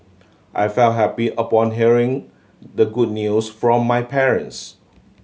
I felt happy upon hearing the good news from my parents